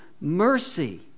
mercy